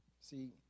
See